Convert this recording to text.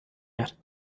yet